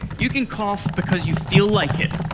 you can cough because you feel like it.